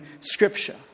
Scripture